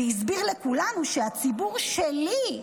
והסביר לכולנו שהציבור שלי,